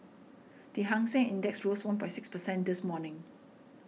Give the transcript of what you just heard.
the Hang Seng Index rose one six percent this morning